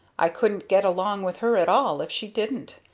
i couldn't get along with her at all if she didn't.